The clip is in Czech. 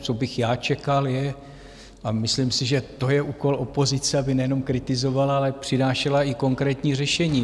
Co bych já čekal, je a myslím si, že to je úkol opozice aby nejenom kritizovala, ale přinášela i konkrétní řešení.